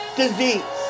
disease